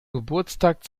geburtstag